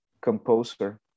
composer